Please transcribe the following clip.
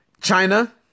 China